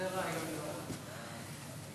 זה רעיון לא רע.